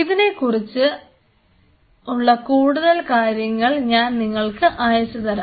ഇതിനെക്കുറിച്ചുള്ള കൂടുതൽ കാര്യങ്ങൾ ഞാൻ നിങ്ങൾക്ക് അയച്ചു തരാം